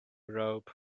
robe